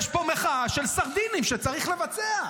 יש פה מחאה של סרדינים שצריך לבצע.